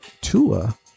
Tua